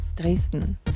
Dresden